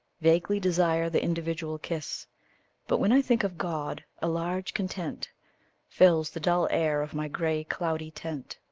vaguely desire the individual kiss but when i think of god, a large content fills the dull air of my gray cloudy tent.